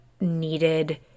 needed